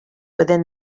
within